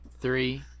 Three